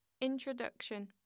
Introduction